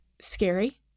scary